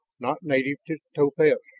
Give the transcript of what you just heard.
not native to topaz.